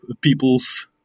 people's